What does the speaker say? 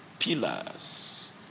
pillars